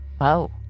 Wow